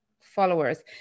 followers